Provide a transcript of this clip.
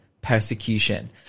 persecution